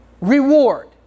reward